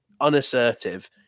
unassertive